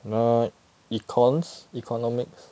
like econs economics